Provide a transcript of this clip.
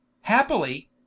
Happily